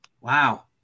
Wow